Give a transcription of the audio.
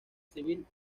civil